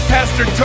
Pastor